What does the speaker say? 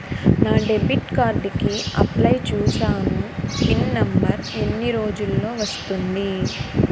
నా debit card కి apply చూసాను పిన్ నంబర్ ఎన్ని రోజుల్లో వస్తుంది?